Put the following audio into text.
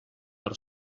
per